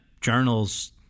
journals